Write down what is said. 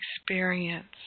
experience